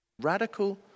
Radical